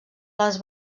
les